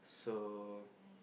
so